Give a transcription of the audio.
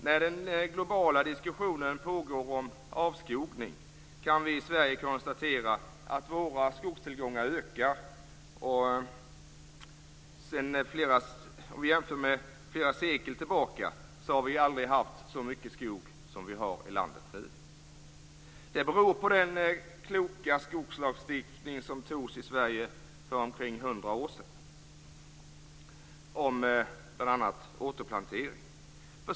När den globala diskussionen om avskogning pågår, kan vi i Sverige konstatera att våra skogstillgångar ökar. Vid en jämförelse med hur det varit flera sekel tillbaka kan vi se att vi aldrig har haft så mycket skog i landet som vi nu har. Det beror på den kloka skogslagstiftning som antogs i Sverige för omkring 100 år sedan, bl.a. om återplantering.